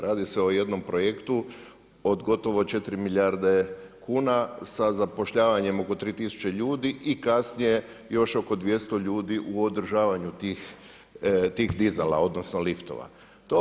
Radi se o jednom projektu od gotovo 4 milijarde kuna sa zapošljavanjem od oko 3000 ljude i kasnije još oko 200 ljudi u održavanju tih dizala, odnosno liftova.